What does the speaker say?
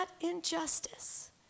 injustice